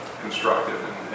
constructive